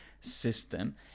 system